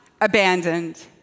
abandoned